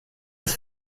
das